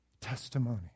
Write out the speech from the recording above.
testimony